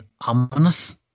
ominous